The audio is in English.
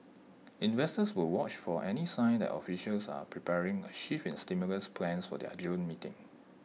investors will watch for any sign that officials are preparing A shift in stimulus plans for their June meeting